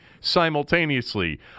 simultaneously